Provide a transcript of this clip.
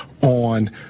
on